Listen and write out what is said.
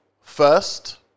First